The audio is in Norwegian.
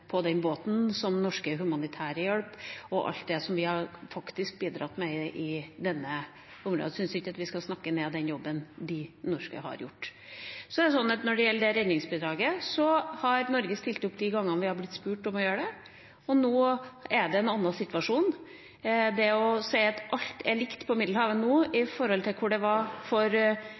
ned den jobben på den båten som norske humanitære gjør, og alt det som vi faktisk har bidratt med. Jeg syns ikke vi skal snakke ned den jobben de norske har gjort. Når det gjelder dette redningsbidraget, har Norge stilt opp de gangene vi har blitt spurt om å gjøre det, og nå er det en annen situasjon. At alt er likt på Middelhavet nå i forhold til hvordan det var for